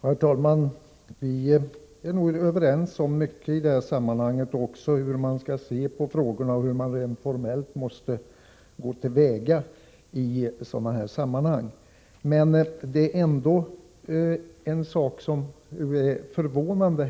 Herr talman! Vi är nog överens om mycket i detta sammanhang, också om hur man skall se på frågorna och hur man rent formellt måste gå till väga. En sak är ändå förvånande.